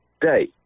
day